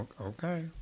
okay